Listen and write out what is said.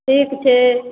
ठीक छै